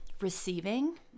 receiving